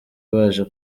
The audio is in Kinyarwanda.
baje